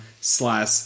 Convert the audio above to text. slash